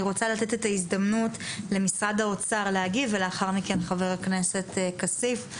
אני רוצה לתת את ההזדמנות למשרד האוצר להגיב ולאחר מכן חבר הכנסת כסיף.